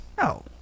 No